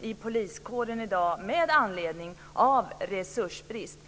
i poliskåren i dag med anledning av resursbrist.